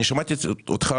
אני שמעתי אותך,